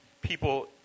people